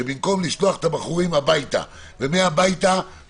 שבמקום לשלוח את הבחורים הביתה ואז למלונית,